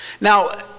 Now